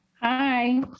Hi